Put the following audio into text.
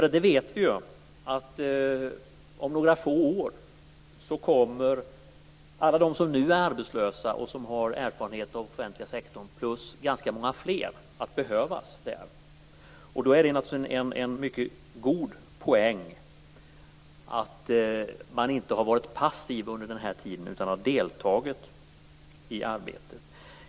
Vi vet att alla de som nu är arbetslösa och har erfarenhet av den offentliga sektorn samt ganska många fler om några få år kommer att behövas där. Då är det naturligtvis en poäng att man inte har varit passiv under den här tiden utan har deltagit i arbetet.